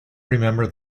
remember